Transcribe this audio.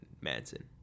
manson